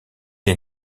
est